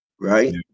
right